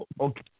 Okay